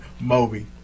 Moby